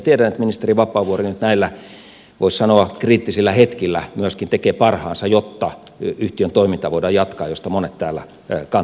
tiedän että ministeri vapaavuori näillä voisi sanoa kriittisillä hetkillä myöskin tekee parhaansa jotta yhtiön toimintaa voidaan jatkaa mistä monet täällä kantoivat huolta